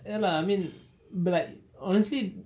ya lah I mean but like honestly